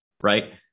right